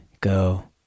go